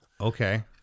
okay